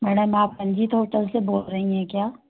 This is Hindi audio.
मैडम आप अंजित होटल से बोल रहीं हैं क्या